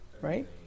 Right